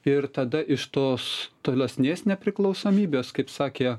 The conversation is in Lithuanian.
ir tada iš tos tolesnės nepriklausomybės kaip sakė